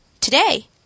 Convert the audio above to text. Today